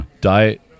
diet